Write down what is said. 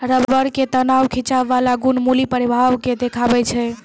rubber के तनाव खिंचाव बाला गुण मुलीं प्रभाव के देखाबै छै